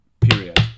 Period